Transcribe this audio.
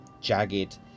jagged